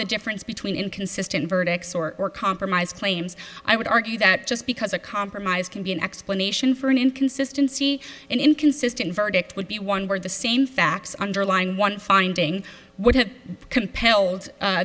the difference between inconsistent verdicts or compromise claims i would argue that just because a compromise can be an explanation for an inconsistency an inconsistent verdict would be one where the same facts underline one finding would have compel